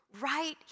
Right